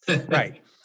right